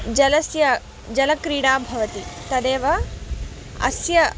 जलस्य जलक्रीडा भवति तदेव अस्य